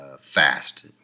fast